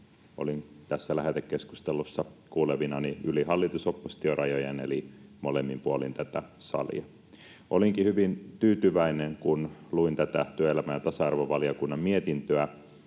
olin tässä lähetekeskustelussa kuulevinani yli hallitus—oppositio-rajojen eli molemmin puolin tätä salia. Olinkin hyvin tyytyväinen, kun luin tätä työelämä- ja tasa-arvovaliokunnan mietintöä,